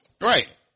Right